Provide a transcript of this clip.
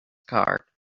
card